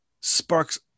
sparks